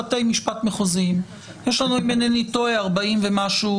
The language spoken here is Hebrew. אם איני טועה 40 ומשהו